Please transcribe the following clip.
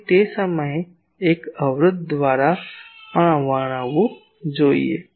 તેથી તે સમયે તે એક અવરોધ દ્વારા પણ વર્ણવવું જોઈએ